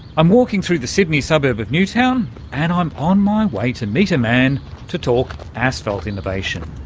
i'm walking through the sydney suburb of newtown and i'm on my way to meet a man to talk asphalt innovation.